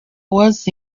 was